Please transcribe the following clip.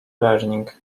learning